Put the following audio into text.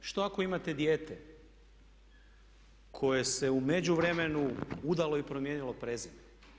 Što ako imate dijete koje se u međuvremenu udalo i promijenilo prezime?